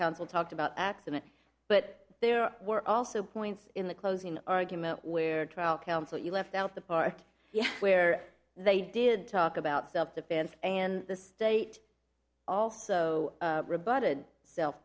counsel talked about accident but there were also points in the closing argument where trial counsel you left out the park where they did talk about self defense and the state also